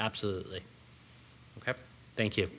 absolutely thank you